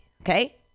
okay